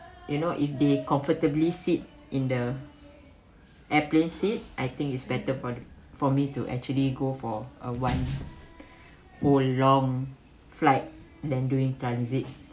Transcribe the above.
you know if they comfortably sit in the airplane seat I think it's better for for me to actually go for a one whole long flight than doing transit